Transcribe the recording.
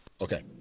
Okay